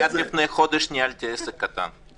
עד לפני חודש ניהלתי עסק קטן.